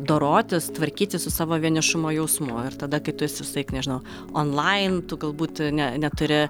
dorotis tvarkytis su savo vienišumo jausmu ir tada kai tu esi visąlaik nežinau online tu galbūt ne neturi